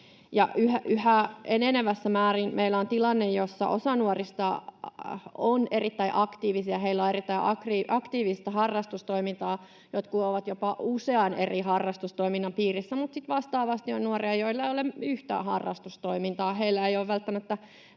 Yhä enenevässä määrin meillä on tilanne, jossa osa nuorista on erittäin aktiivisia, heillä on erittäin aktiivista harrastustoimintaa, jotkut ovat jopa usean eri harrastustoiminnan piirissä, mutta sitten vastaavasti on nuoria, joilla ei ole yhtään harrastustoimintaa ja joilla ei ole välttämättä